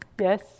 Yes